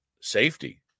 safety